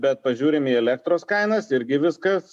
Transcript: bet pažiūrime į elektros kainas irgi viskas